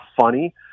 funny